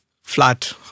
flat